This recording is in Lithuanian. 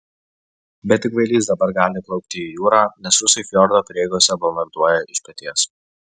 bet tik kvailys dabar gali plaukti į jūrą nes rusai fjordo prieigose bombarduoja iš peties